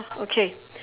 okay